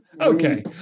okay